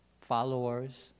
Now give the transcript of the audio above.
followers